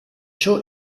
ciò